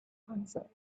answered